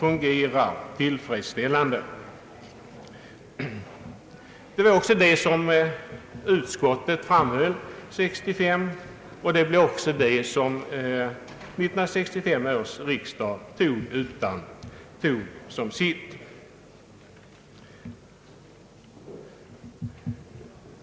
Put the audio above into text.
Detta uttalande antogs oförändrat av 1965 års riksdag.